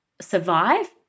survive